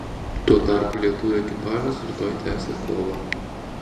tuo tarpu lietuvių ekipažas rytoj tęsia kovą